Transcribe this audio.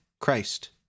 Christ